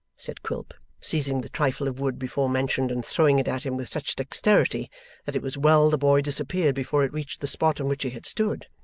said quilp, seizing the trifle of wood before mentioned and throwing it at him with such dexterity that it was well the boy disappeared before it reached the spot on which he had stood.